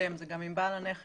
הקודם אלא זה גם עם בעל הנכס.